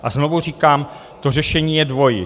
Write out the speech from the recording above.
A znovu říkám, to řešení je dvojí.